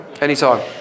Anytime